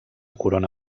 corona